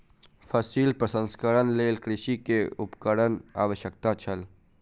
फसिल प्रसंस्करणक लेल कृषक के उपकरणक आवश्यकता छल